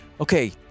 okay